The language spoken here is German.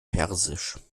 persisch